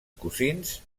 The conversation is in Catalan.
cosins